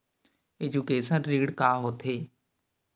Education ऋण का होथे?